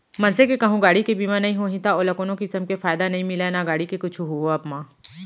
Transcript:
मनसे के कहूँ गाड़ी के बीमा नइ होही त ओला कोनो किसम के फायदा नइ मिलय ना गाड़ी के कुछु होवब म